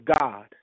God